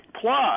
Plus